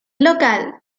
local